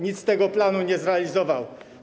Nic z tego planu nie zrealizował.